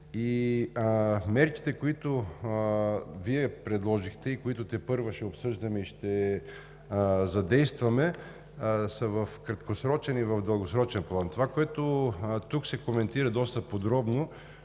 мерките, които Вие предложихте, които тепърва ще обсъждаме и ще задействаме, са в краткосрочен и дългосрочен план. Това, което тук се коментира доста подробно,